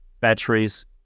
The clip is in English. batteries